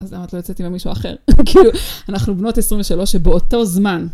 אז למה את לא יוצאת עם מישהו אחר? כאילו, אנחנו בנות 23 שבאותו זמן.